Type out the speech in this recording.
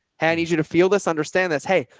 hey, i need you to feel this, understand this. hey,